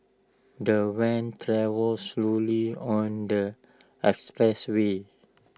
the van travelled slowly on the expressway